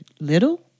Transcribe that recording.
little